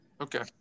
Okay